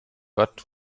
but